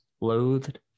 loathed